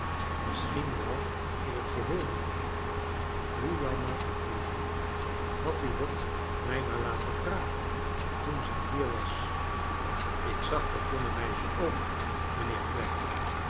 misschien wel in het geheel niet rneer hoe jammer hoe jammer had u het mij maar laten vragen toen zij hier was i ik zag dat jonge meisje ook mijnheer